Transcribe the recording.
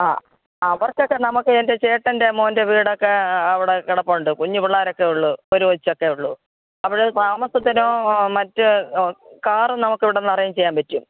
ആ ആ അവർക്കൊക്കെ നമുക്ക് എൻ്റെ ചേട്ടൻ്റെ മകൻ്റെ വീടൊക്കെ അവിടെ കിടപ്പുണ്ട് കുഞ്ഞു പിള്ളാരൊക്കെയേ ഉള്ളു ഒരു കൊച്ചൊക്കെയേ ഉള്ളു അവിടെ താമസത്തിനും മറ്റു കാര് നമുക്കിവിടെനിന്ന് അറേഞ്ച് ചെയ്യാൻ പറ്റും